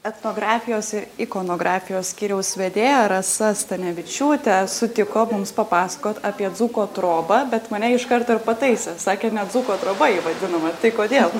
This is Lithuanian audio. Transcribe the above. etnografijos ir ikonografijos skyriaus vedėja rasa stanevičiūtė sutiko mums papasakot apie dzūko trobą bet mane iš karto ir pataisė sakė ne dzūko troba ji vadinama tai kodėl